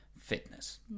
fitness